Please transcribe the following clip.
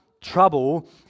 trouble